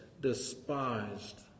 despised